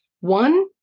one